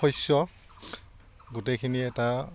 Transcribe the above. শস্য গোটেইখিনি এটা